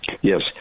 yes